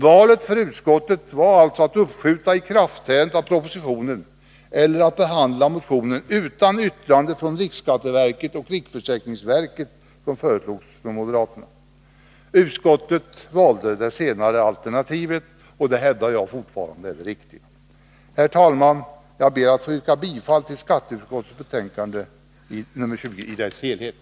Valet för utskottet var alltså att uppskjuta ikraftträdandet av propositionen eller att behandla motionen utan det yttrande från riksskatteverket och riksförsäkringsverket som föreslogs av moderaterna. Utskottet valde det senare alternativet, och det hävdar jag fortfarande är riktigt. Herr talman! Jag ber att få yrka bifall till skatteutskottets hemställan i betänkande nr 20 i dess helhet.